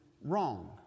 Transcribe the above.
wrong